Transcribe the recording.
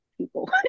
people